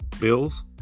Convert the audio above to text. Bill's